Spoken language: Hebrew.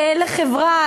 לחברה,